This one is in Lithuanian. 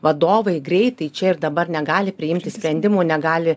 vadovai greitai čia ir dabar negali priimti sprendimų negali